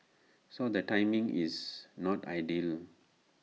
so the timing is not ideal